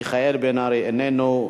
מיכאל בן-ארי, איננו.